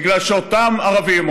מכיוון שאותם ערבים,